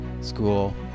school